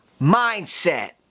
Mindset